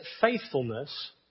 faithfulness